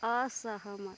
असहमत